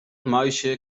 muisje